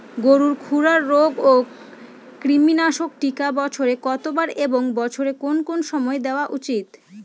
গরুর খুরা রোগ ও কৃমিনাশক টিকা বছরে কতবার এবং বছরের কোন কোন সময় দেওয়া উচিৎ?